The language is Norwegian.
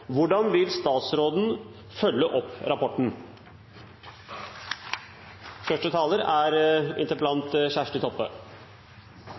hvordan de vil følge opp rapporten